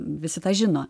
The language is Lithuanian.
visi tą žino